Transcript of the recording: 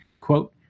Quote